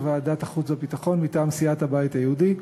בוועדת החוץ והביטחון, מטעם סיעת הבית היהודי,